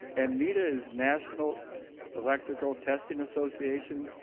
and neta is national electrical testing association.